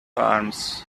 arms